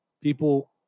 people